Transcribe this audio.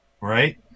right